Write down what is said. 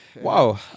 Wow